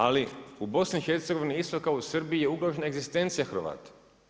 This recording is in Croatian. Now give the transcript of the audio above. Ali u BiH isto kao i u Srbiji je ugrožena egzistencija Hrvata.